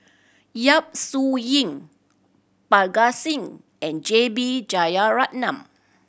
Yap Su Yin Parga Singh and J B Jeyaretnam